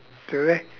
do they